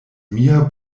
mia